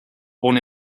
born